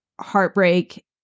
heartbreak